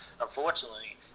Unfortunately